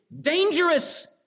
dangerous